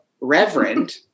reverend